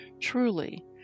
Truly